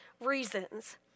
reasons